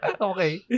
Okay